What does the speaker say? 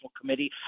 Committee